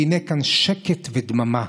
והינה כאן שקט ודממה.